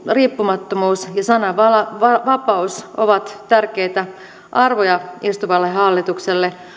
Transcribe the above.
riippumattomuus ja sananvapaus ovat tärkeitä arvoja istuvalle hallitukselle